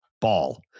ball